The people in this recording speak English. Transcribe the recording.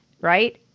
Right